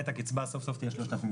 בחודש.